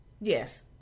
Yes